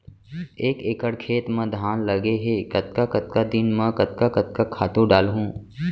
एक एकड़ खेत म धान लगे हे कतका कतका दिन म कतका कतका खातू डालहुँ?